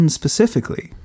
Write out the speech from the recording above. specifically